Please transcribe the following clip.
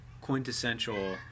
quintessential